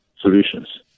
solutions